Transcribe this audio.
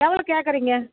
எவ்வளோ கேக்கறீங்க